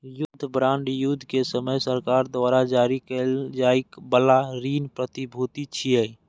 युद्ध बांड युद्ध के समय सरकार द्वारा जारी कैल जाइ बला ऋण प्रतिभूति छियै